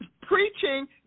preaching